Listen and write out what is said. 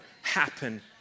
happen